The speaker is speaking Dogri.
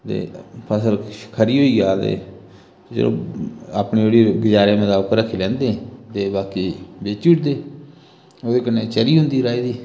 ते फसल खरी होई जा ते चलो अपनी जुड़ी गजारे मताबक रक्खी लैंदे ते बाकी बेची ओड़दे ओह्दे कन्नै चरी होंदी राही दी